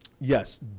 Yes